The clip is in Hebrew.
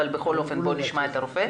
אבל בכל אופן בוא נשמע את הרופא,